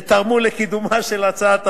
ותרמו לקידומה של הצעת החוק.